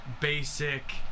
basic